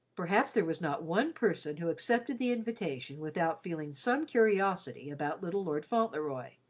perhaps there was not one person who accepted the invitation without feeling some curiosity about little lord fauntleroy,